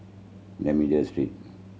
D'Almeida Street